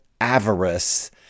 avarice